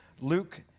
Luke